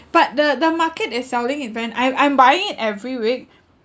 but the the market is selling in van I'm I'm buying it every week